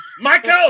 Michael